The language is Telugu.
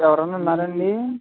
ఎవరన్నా ఉన్నారండి